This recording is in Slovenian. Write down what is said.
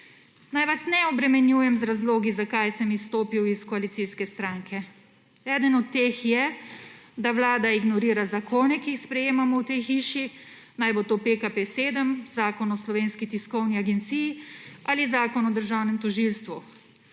»Naj vas ne obremenjujem z razlogi, zakaj sem izstopil iz koalicijske stranke. Eden od teh je, da Vlada ignorira zakone, ki jih sprejemamo v tej hiši, naj bo to PKP 7, Zakon o Slovenski tiskovni agenciji ali Zakon o državnem tožilstvu.